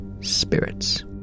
spirits